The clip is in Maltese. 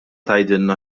tgħidilna